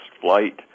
flight